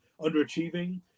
underachieving